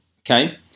Okay